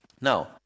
Now